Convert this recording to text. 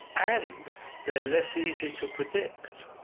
and they're less easy to predict.